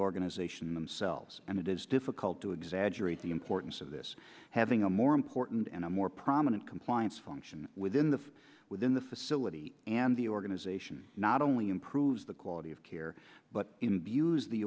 organization themselves and it is difficult to exaggerate the importance of this having a more important and a more prominent compliance function within the within the facility and the organization not only improves the quality of care but imbues the